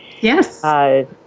Yes